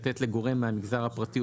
לתת לגורם מהמגזר הפרטי,